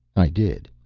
i did.